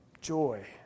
Joy